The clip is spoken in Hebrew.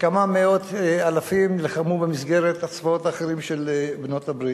וכמה מאות אלפים לחמו במסגרת הצבאות האחרים של בעלות-הברית.